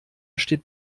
steht